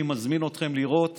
אני מזמין אתכם לראות